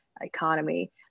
economy